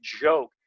joke